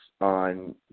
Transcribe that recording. on